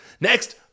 Next